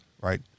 right